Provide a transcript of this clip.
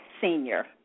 Senior